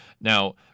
Now